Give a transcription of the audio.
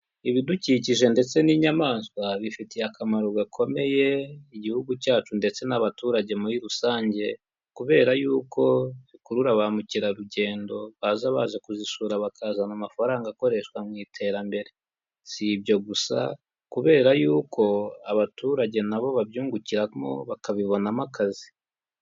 Ibidukikije ndetse n'inyamaswa bifitiye akamaro gakomeye igihugu cyacu ndetse n'abaturage muri rusange, kubera yuko zikurura ba mukerarugendo baza baje kuzisura bakazana amafaranga akoreshwa mu iterambere. Si ibyo gusa kubera yuko abaturage nabo babyungukiramo bakabibonamo akazi.